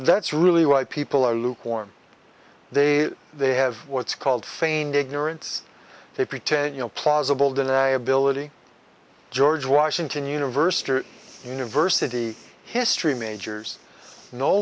that's really why people are lukewarm they say they have what's called feigned ignorance they pretend you know plausible deniability george washington university university history majors no